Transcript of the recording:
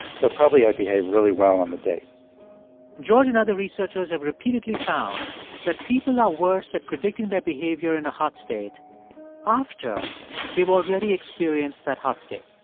so probably i'd behave really well on the date george and other researchers have repeatedly found that people are worse at predicting their behavior in a hot state after they've already experienced that hot state.